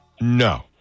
No